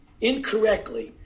incorrectly